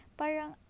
parang